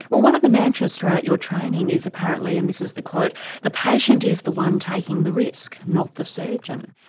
well one of the mantras throughout your training is apparently and this is the quote the patient is the one taking the risk not the surgeon.